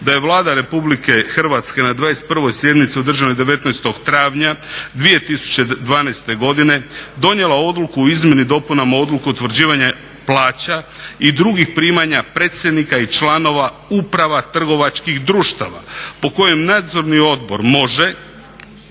da je Vlada Republike Hrvatske na 21. sjednici održanoj 19. travnja 2012. godine donijela odluku o izmjeni i dopunama Odluke o utvrđivanju plaća i drugih primanja predsjednika i članova uprava trgovačkih društava po kojem nadzorni odbor može